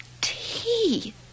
tea